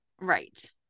Right